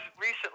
recently